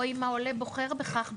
או אם העולה בוחר בכך,